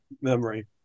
memory